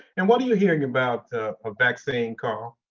and what are you hearing about a vaccine, carl?